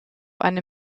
eine